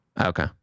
Okay